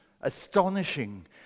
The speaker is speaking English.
astonishing